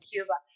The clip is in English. Cuba